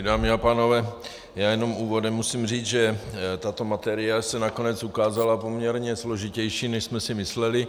Dámy a pánové, jen úvodem musím říct, že tato materie se nakonec ukázala poměrně složitější, než jsme si mysleli.